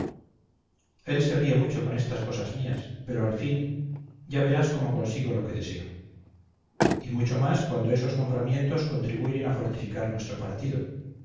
él se ríe mucho con estas cosas mías pero al fin ya verás cómo consigo lo que deseo y mucho más cuando estos nombramientos contribuyen a fortificar nuestro partido